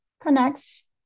connects